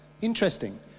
Interesting